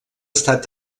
estat